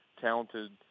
talented